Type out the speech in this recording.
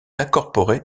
incorporée